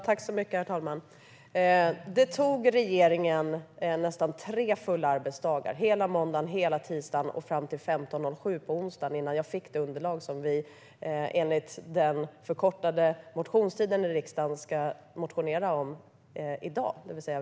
Herr talman! Det tog regeringen nästan tre fulla arbetsdagar, hela måndagen, hela tisdagen och fram till 15.07 på onsdagen innan jag fick det underlag som vi med en förkortad motionstid i riksdagen ska väcka motioner om, vilket är i dag.